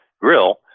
grill